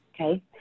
Okay